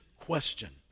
question